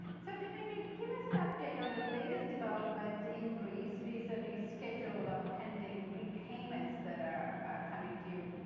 so dimitri, give us an update on the latest developments in greece vis-a-vis schedule of pending repayments that are coming due.